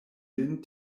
lin